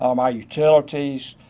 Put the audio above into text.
um our utilities